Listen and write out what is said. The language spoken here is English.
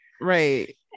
right